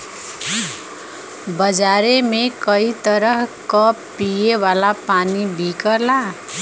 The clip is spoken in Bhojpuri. बजारे में कई तरह क पिए वाला पानी बिकला